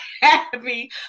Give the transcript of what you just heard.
happy